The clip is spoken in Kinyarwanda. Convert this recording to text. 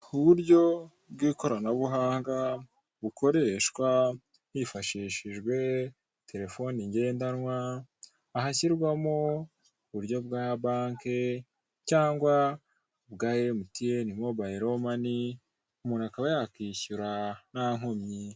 Uburyo bw'ikoranabuhanga bukoreshwa hifashishijwe terefone ngendanwa ahashyirwamo uburyo bwa banke cyangwa bwa MTN Mobile Money umuntu akaba yakishyura ntankomyi.